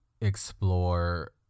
explore